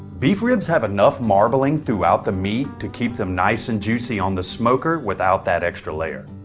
beef ribs have enough marbling throughout the meat to keep them nice and juicy on the smoker without that extra layer.